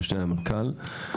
המשנה למנכ"ל,